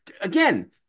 again